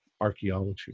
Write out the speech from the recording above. archaeology